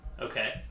Okay